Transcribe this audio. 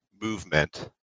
movement